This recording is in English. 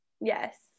Yes